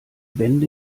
wände